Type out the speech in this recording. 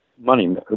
Money